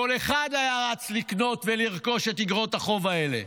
כל אחד היה רץ לקנות ולרכוש את איגרות החוב האלה.